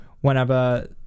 whenever